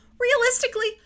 realistically